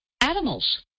animals